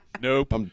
Nope